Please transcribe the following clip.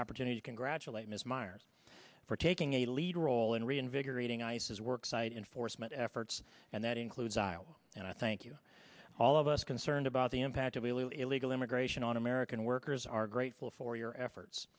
opportunity to congratulate ms miers for taking a lead role in reinvigorating ice's work site enforcement efforts and that includes i know and i thank you all of us concerned about the impact of really illegal immigration on american workers are grateful for your efforts